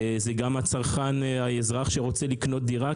זה האזרח שרוצה לקנות דירה,